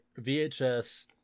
VHS